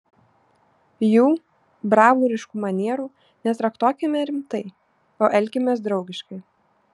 jų bravūriškų manierų netraktuokime rimtai o elkimės draugiškai